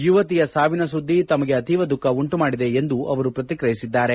ಯುವತಿಯ ಸಾವಿನ ಸುದ್ದಿ ತಮಗೆ ಅತೀವ ದುಃಖ ಉಂಟುಮಾಡಿದೆ ಎಂದು ಅವರು ಪ್ರತಿಕ್ರಿಯಿಸಿದ್ದಾರೆ